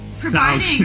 providing